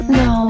no